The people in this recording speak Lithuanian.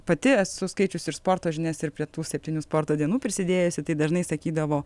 pati esu skaičiusi ir sporto žinias ir prie tų septynių sporto dienų prisidėjusi tai dažnai sakydavo